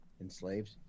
enslaved